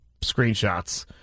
screenshots